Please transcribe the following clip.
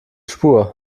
spur